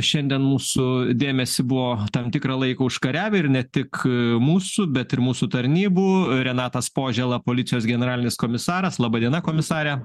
šiandien mūsų dėmesį buvo tam tikrą laiką užkariavę ir ne tik mūsų bet ir mūsų tarnybų renatas požėla policijos generalinis komisaras laba diena komisare